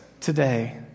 today